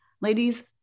ladies